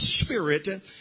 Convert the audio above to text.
spirit